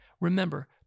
remember